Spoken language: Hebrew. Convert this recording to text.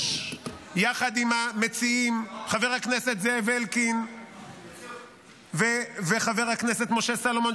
יחד עם המציעים חבר הכנסת זאב אלקין וחבר הכנסת משה סלומון,